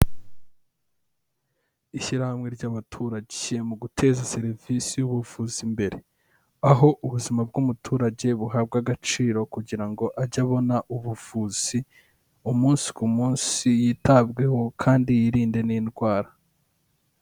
Ishyirahamwe ry'abaturage mu guteza serivisi y'ubuvuzi imbere, aho ubuzima bw'umuturage buhabwa agaciro kugira ngo ajye abona ubuvuzi umunsi ku munsi yitabweho kandi yirinde n'indwara.